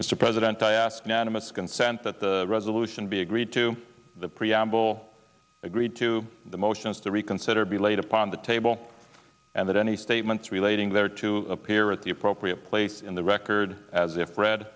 mr president i ask unanimous consent that the resolution be agreed to the preamble agreed to the motions to reconsider be laid upon the table and that any statements relating there to appear at the appropriate place in the record as if re